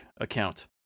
account